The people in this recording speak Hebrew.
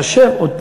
תשב,